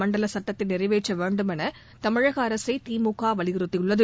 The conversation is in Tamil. மண்டல சட்டத்தை நிறைவேற்ற வேண்டும் என தமிழக அரசை திமுக வலியுறுத்தியுள்ளது